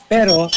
Pero